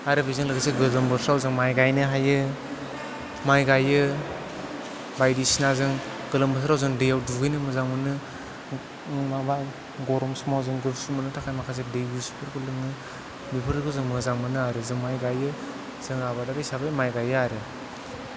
आरो बेजों लोगोसे गोलोम बोथोराव जों माइ गायनो हायो माइ गायो बायदिसिना जों गोलोम बोथोराव जों दैयाव दुगैनो मोजां मोनो माबा गरम समाव जों गुसु मोन्नो थाखाय माखासे दै गुसुफोरखौ लोङो बेफोरखौ जों मोजां मोनो आरो जों माइ गायो जों आबादारि हिसाबै माइ गायो आरो